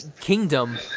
Kingdom